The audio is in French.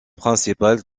principal